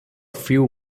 few